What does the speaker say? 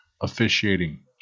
officiating